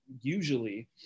usually